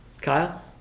Kyle